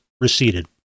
receded